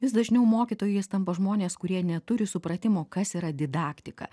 vis dažniau mokytojais tampa žmonės kurie neturi supratimo kas yra didaktika